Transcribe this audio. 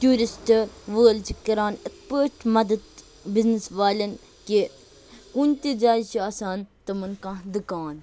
tourist وول چھ کَران اِتھ پٲٹھۍ مَدَد بِزنَس والیٚن کہِ کُنتہِ جایہِ چھُ آسان تِمَن کانٛہہ دُکان